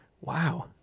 Wow